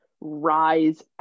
rise